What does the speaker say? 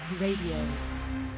Radio